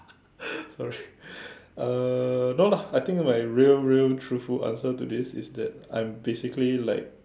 sorry uh no lah I think my real real truthful answer to this is that I'm basically like